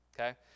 Okay